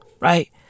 right